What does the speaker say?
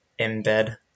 embed